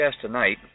tonight